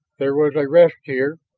there was a rest here,